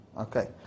Okay